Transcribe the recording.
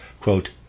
Quote